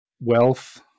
wealth